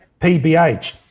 PBH